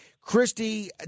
Christie